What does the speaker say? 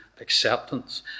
acceptance